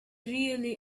really